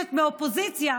חוששת מאופוזיציה,